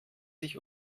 sich